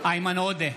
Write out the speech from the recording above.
איימן עודה,